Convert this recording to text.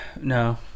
No